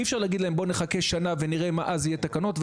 אי אפשר להגיד להם: "בואו נחכה שנה ונראה מה יהיו התקנות אז,